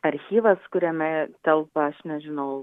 archyvas kuriame telpa aš nežinau